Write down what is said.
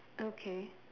okay